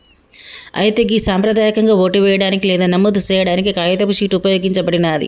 అయితే గి సంప్రదాయకంగా ఓటు వేయడానికి లేదా నమోదు సేయాడానికి కాగితపు షీట్ ఉపయోగించబడినాది